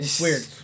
weird